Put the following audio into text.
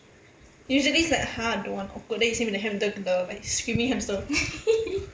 usually is like !huh! don't want awkward then you seem like the ham~ like the screaming hamster